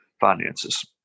finances